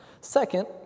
Second